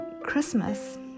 christmas